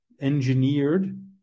engineered